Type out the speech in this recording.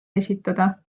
esitada